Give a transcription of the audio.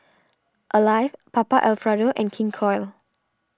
Alive Papa Alfredo and King Koil